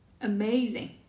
Amazing